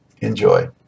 Enjoy